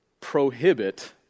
prohibit